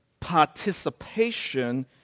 participation